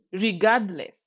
regardless